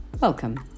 Welcome